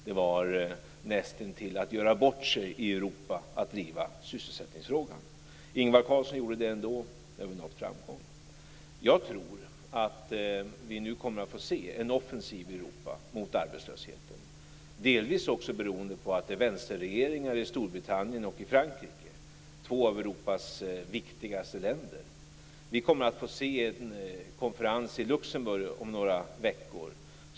Det var näst intill att göra bort sig i Europa att driva sysselsättningsfrågan. Ingvar Carlsson gjorde det ändå, och nu har vi nått framgång. Jag tror att vi nu kommer att få se en offensiv i Europa mot arbetslösheten, delvis beroende på att det är vänsterregeringar i Storbritannien och Frankrike. Det är ju två av Europas viktigaste länder. Det kommer att vara en konferens i Luxemburg om några veckor.